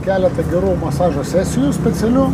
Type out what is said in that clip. keletą gerų masažo sesijų specialių